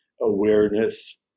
awareness